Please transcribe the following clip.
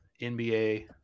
NBA